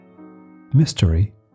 mystery